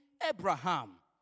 Abraham